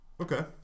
Okay